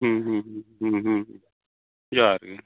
ᱡᱚᱦᱟᱨ ᱜᱮ